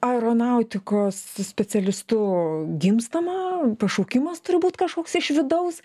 aeronautikos specialistu gimstama pašaukimas turbūt kažkoks iš vidaus